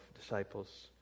disciples